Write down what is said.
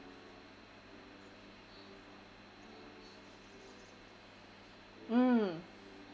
mm